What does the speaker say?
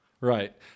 right